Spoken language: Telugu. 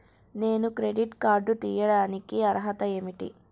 నేను క్రెడిట్ కార్డు తీయడానికి అర్హత ఏమిటి?